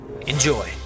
Enjoy